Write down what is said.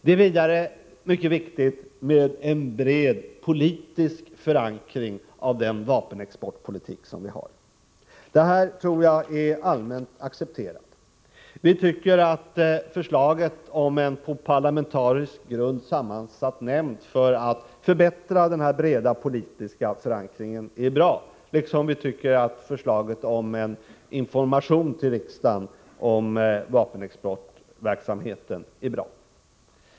Det är vidare mycket viktigt med en bred politisk förankring av den vapenexportpolitik som vi för. Detta tror jag är allmänt accepterat. Vi tycker att förslaget om en på parlamentarisk grund sammansatt nämnd med uppgift att förbättra den här breda politiska förankringen är bra, liksom vi tycker att förslaget om en information till riksdagen om vapenexportverksamheten är bra.